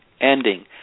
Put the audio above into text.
ending